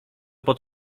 pod